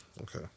Okay